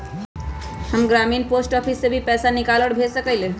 हम ग्रामीण post office से भी पैसा निकाल और भेज सकेली?